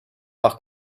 par